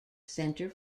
center